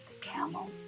camel